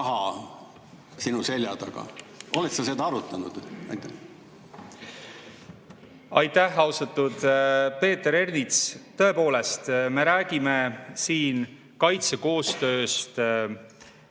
Aitäh, austatud Peeter Ernits! Tõepoolest, me räägime siin kaitsekoostööst